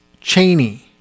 Cheney